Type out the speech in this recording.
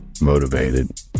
motivated